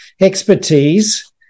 expertise